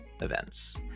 events